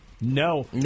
No